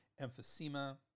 emphysema